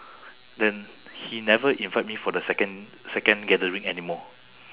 then he never invite me for the second second gathering anymore